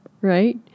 right